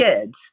kids